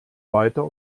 weiter